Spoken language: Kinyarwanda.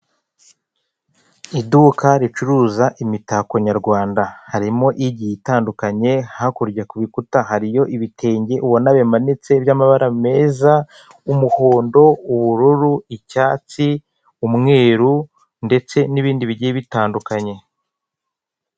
Iduka ricuruza imitako nyarwanda harimo igiye itandukanye, hakurya kubikuta hariyo ibitenge ubona by'amabara meza, umuhondo, ubururu, icyatsi, umweru, ndetse n'ibindi bigiye bitandukanye.